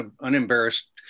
unembarrassed